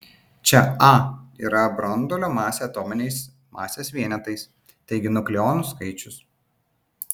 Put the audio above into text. čia a yra branduolio masė atominiais masės vienetais taigi nukleonų skaičius